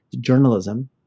journalism